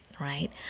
right